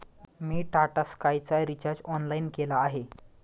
मी टाटा स्कायचा recharge online केला आहे